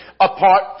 apart